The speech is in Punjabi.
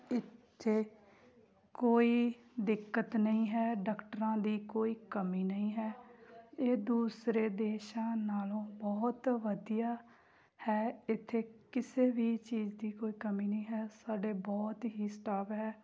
ਇੱਥੇ ਕੋਈ ਦਿੱਕਤ ਨਹੀਂ ਹੈ ਡਾਕਟਰਾਂ ਦੀ ਕੋਈ ਕਮੀ ਨਹੀਂ ਹੈ ਇਹ ਦੂਸਰੇ ਦੇਸ਼ਾਂ ਨਾਲੋਂ ਬਹੁਤ ਵਧੀਆ ਹੈ ਇੱਥੇ ਕਿਸੇ ਵੀ ਚੀਜ਼ ਦੀ ਕੋਈ ਕਮੀ ਨਹੀਂ ਹੈ ਸਾਡੇ ਬਹੁਤ ਹੀ ਸਟਾਫ ਹੈ